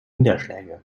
niederschläge